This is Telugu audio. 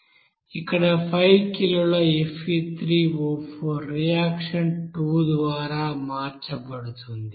ఇక్కడ 5 కిలోల Fe3O4 రియాక్షన్ 2 ద్వారా మార్చబడుతుంది